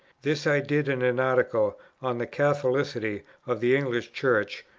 this i did in an article on the catholicity of the english church,